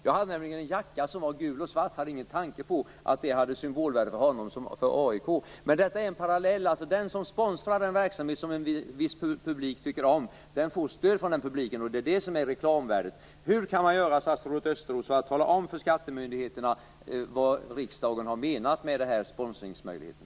Jag hade nämligen en jacka som var gul och svart, och jag hade ingen tanke på att det hade symbolvärde för honom och att det stod för AIK. Detta är en parallell. Den som sponsrar en verksamhet som en viss publik tycker om får stöd från den publiken. Det är det som är reklamvärdet. Hur skall man göra, statsrådet Östros, för att tala om för skattemyndigheterna vad riksdagen har menat med sponsringsmöjligheten?